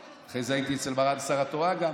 אחרי זה הייתי גם אצל מרן שר התורה, גם,